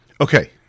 Okay